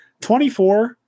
24